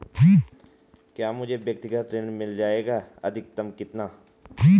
क्या मुझे व्यक्तिगत ऋण मिल जायेगा अधिकतम कितना?